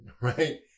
right